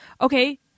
Okay